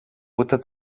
ούτε